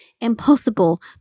impossible